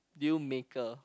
deal maker